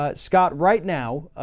ah scott, right now,